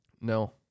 No